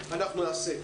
אנחנו נעשה.